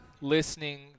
listening